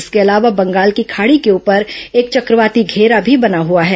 इसके अलावा बंगाल की खाड़ी के ऊपर एक चक्रवाती घेरा भी बना हुआ है